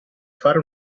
fare